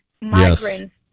migrants